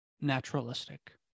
naturalistic